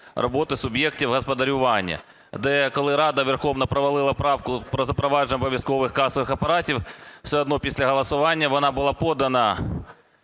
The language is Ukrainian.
роботи суб'єктів господарювання. Де, коли Рада Верховна провалила правку про запровадження обов'язкових касових апаратів, все одно після голосування вона була подана